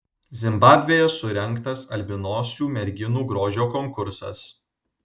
zimbabvėje surengtas albinosių merginų grožio konkursas